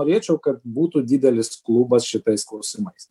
norėčiau kad būtų didelis klubas šitais klausimais